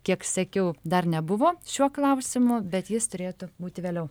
kiek sekiau dar nebuvo šiuo klausimu bet jis turėtų būti vėliau